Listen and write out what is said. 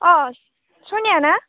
अ सनिया ना